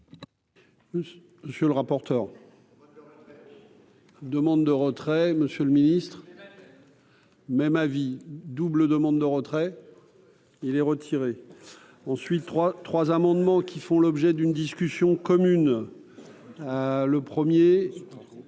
Je le rapporteur. Demande de retrait Monsieur le Ministre, même avis double demande de retrait. Il est retiré ensuite trois trois amendements qui font l'objet d'une discussion commune le premier